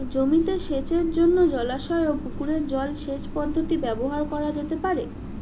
জমিতে সেচের জন্য জলাশয় ও পুকুরের জল সেচ পদ্ধতি ব্যবহার করা যেতে পারে?